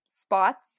spots